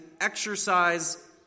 exercise